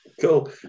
Cool